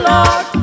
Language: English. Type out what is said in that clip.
Lord